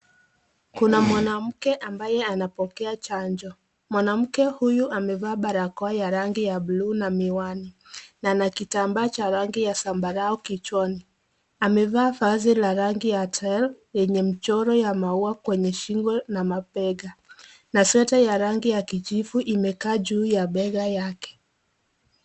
Kuna mwanamke ambaye anapokea chanjo. Mwanamke huyu amevaa barakoa ya rangi ya buluu na miwani na ana kitambaa cha rangi ya zambarau kichwani. Amevaa vazi ya rangi ya teal[cs ] yenye michoro ya maua kwenye shingo na mabega na sweta ya rangi ya kijivu imekaa juu ya bega yake.